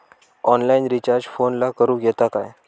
Online recharge फोनला करूक येता काय?